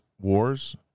wars